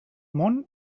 món